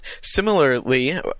Similarly